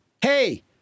Hey